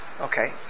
Okay